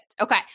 Okay